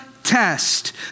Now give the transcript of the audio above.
Test